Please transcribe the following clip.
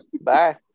Bye